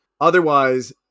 otherwise